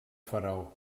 faraó